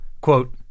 Quote